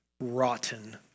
rotten